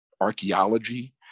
archaeology